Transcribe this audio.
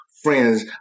Friends